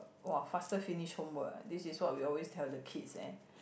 !wah! faster homework ah this is what we always tell the kids eh